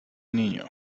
niño